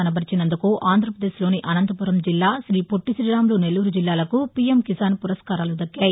కనబర్చినందుకు ఆంధ్రప్రదేశ్లోని అనంతపురం జిల్లా తీపొట్టి తీరాములు నెల్లూరు జిల్లాలకు పీఎం కిసాన్పురస్కారాలు దక్కాయి